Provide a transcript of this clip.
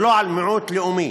ולא על מיעוט לאומי